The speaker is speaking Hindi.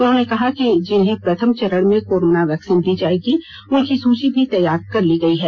उन्होंने कहा कि जिन्हें प्रथम चरण में कोरोना वैक्सिन दी जाएगी उनकी सूची भी तैयार कर ली गयी है